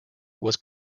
was